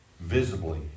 visibly